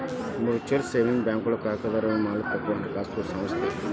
mutual savings ಬ್ಯಾಂಕ್ಗಳು ಖಾತೆದಾರರ್ ಮಾಲೇಕತ್ವದ ಹಣಕಾಸು ಸಂಸ್ಥೆ